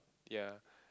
ya